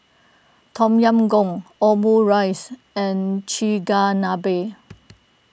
Tom Yam Goong Omurice and Chigenabe